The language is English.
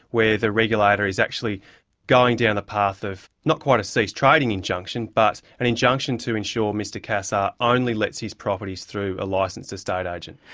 where the regulator is actually going down a path of, not quite a cease trading injunction, but an injunction to ensure mr cassar only lets his properties through a licensed estate agent.